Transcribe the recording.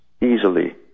easily